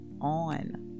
on